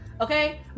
Okay